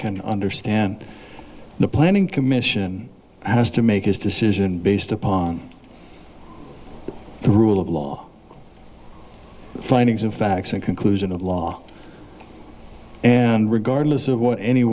can understand the planning commission has to make his decision based upon the rule of law findings of facts and conclusion of law and regardless of what any